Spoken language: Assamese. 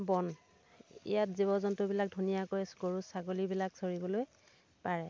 বন ইয়াত জীৱ জন্তুবিলাক ধুনীয়াকৈ গৰু ছাগলীবিলাক চৰিবলৈ পাৰে